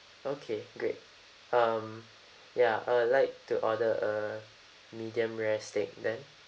okay great um ya I would like to order a medium rare steak then